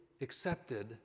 accepted